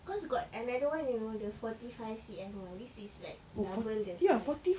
cause got another one you know the forty five C_M one this is like double the size